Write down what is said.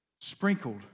Sprinkled